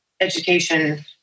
education